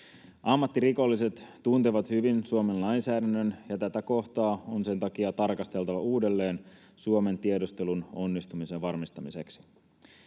Ammattirikolliset tuntevat hyvin Suomen lainsäädännön, ja tätä kohtaa on sen takia tarkasteltava uudelleen Suomen tiedustelun onnistumisen varmistamiseksi.